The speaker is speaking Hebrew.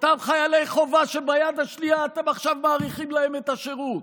לאותם חיילי חובה שביד השנייה אתם עכשיו מאריכים להם את השירות?